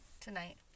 Tonight